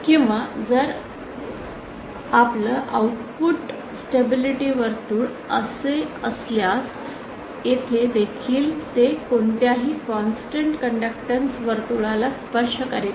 किंवा जर आपल् आउटपुट स्टेबिलिटी वर्तुळ असे असल्यास येथे देखील ते कोणत्याही कॉन्स्टन्ट कंडक्टन्स वर्तुळाला स्पर्श करीत नाही